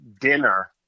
dinner